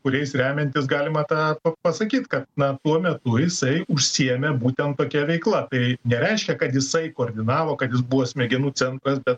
kuriais remiantis galima tą pasakyt kad na tuo metu jisai užsiėmė būtent tokia veikla tai nereiškia kad jisai koordinavo kad jis buvo smegenų centras bet